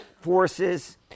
forces